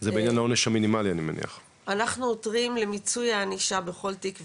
אנחנו עותרים למיצוי הענישה בכל תיק ותיק,